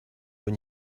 haut